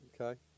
Okay